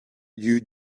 you